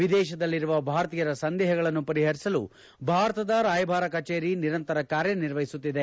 ವಿದೇಶದಲ್ಲಿರುವ ಭಾರತೀಯರ ಸಂದೇಷಗಳನ್ನು ಪರಿಪರಿಸಲು ಭಾರತದ ರಾಯಭಾರ ಕಚೇರಿ ನಿರಂತರ ಕಾರ್ಯನಿರ್ವಹಿಸುತ್ತಿದೆ